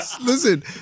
Listen